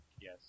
Yes